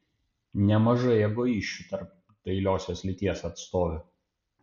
nemažai egoisčių tarp dailiosios lyties atstovių